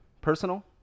Personal